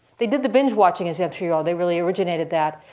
they did the binge watching as yeah i'm sure you all they really originated that.